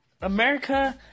America